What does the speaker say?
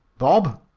bob!